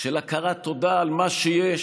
של הכרת תודה על מה שיש